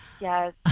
yes